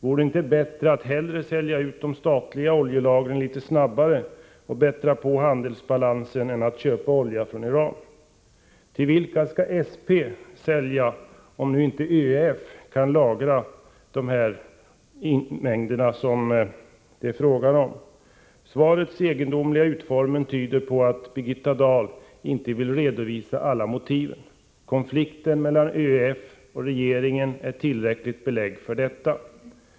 Vore det inte bättre att i stället sälja ut de statliga oljelagren litet snabbare och att således bättra på handelsbalansen än att köpa olja från Iran? Till vilka skall SP sälja, om nu inte ÖEF kan lagra de oljemängder som det är fråga om? Svarets egendomliga utformning tyder på att Birgitta Dahl inte vill redovisa alla motiv. Konflikten mellan ÖEF och regeringen ger tillräckligt belägg för detta.